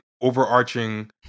overarching